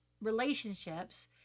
relationships